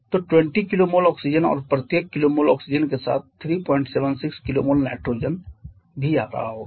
तो 20 kmol oxygen और प्रत्येक kmol ऑक्सीजन के साथ 376 kmol नाइट्रोजन भी आ रहा होगा